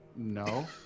No